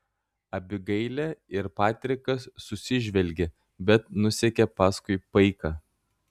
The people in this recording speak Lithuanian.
abigailė ir patrikas susižvelgė bet nusekė paskui paiką